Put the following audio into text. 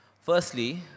Firstly